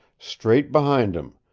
straight behind him,